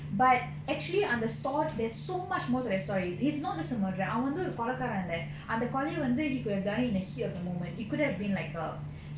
but actually under story there's so much more to that story he's not just a murderer அவன் வந்து ஒரு கொலைகாரன் இல்ல அந்த கொலய வந்து:avan vandhu oru kolakaaran illa andha kolaya vandhu he could have done it in the heat of the moment it could have been like err